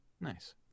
Nice